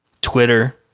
Twitter